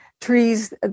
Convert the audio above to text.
trees